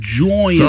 joy